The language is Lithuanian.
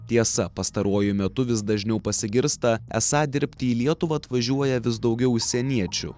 tiesa pastaruoju metu vis dažniau pasigirsta esą dirbti į lietuvą atvažiuoja vis daugiau užsieniečių